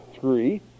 three